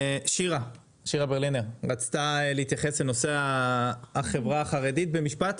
שירה ברלינר רצתה להתייחס לנושא החברה החרדית במשפט.